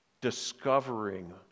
discovering